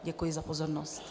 Děkuji za pozornost.